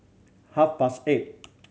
half past eight